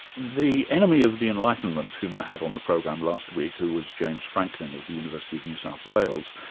the enemy of the enlightenment whom i had on the program last week, who was james franklin, of the university of new south wales,